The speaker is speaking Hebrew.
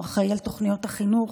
הוא אחראי לתוכניות החינוך,